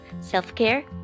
self-care